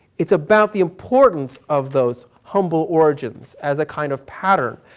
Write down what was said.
it's about the importance of those humble origins as a kind of pattern.